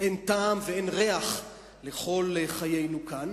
אין טעם ואין ריח לכל חיינו כאן,